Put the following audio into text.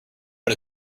but